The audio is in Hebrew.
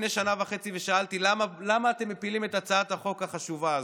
שנה וחצי ושאלתי למה אתם מפילים את הצעת החוק החשובה הזאת.